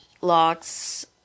locks